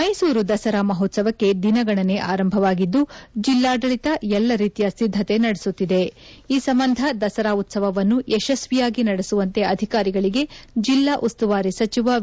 ಮೈಸೂರು ದಸರಾ ಮಹೋತ್ಸವಕ್ಕೆ ದಿನಗಣನೆ ಆರಂಭವಾಗಿದ್ದು ಜಿಲ್ಲಾಡಳಿತ ಎಲ್ಲ ರೀತಿಯ ಸಿದ್ದತೆ ನಡೆಸುತ್ತಿದೆ ಈ ಸಂಬಂಧ ದಸರಾ ಉತ್ಸವವನ್ನು ಯಶಸ್ವಿಯಾಗಿ ನಡೆಸುವಂತೆ ಅಧಿಕಾರಿಗಳಿಗೆ ಜಿಲ್ಲಾ ಉಸ್ತುವಾರಿ ಸಚಿವ ವಿ